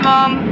Mom